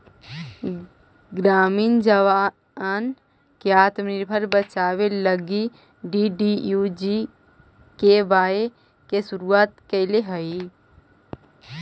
ग्रामीण जवान के आत्मनिर्भर बनावे लगी सरकार डी.डी.यू.जी.के.वाए के शुरुआत कैले हई